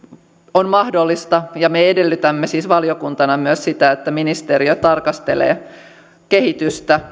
on mahdollista ja me edellytämme siis valiokuntana myös sitä että ministeriö tarkastelee kehitystä